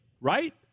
right